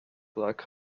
like